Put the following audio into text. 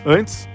Antes